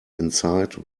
inside